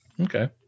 Okay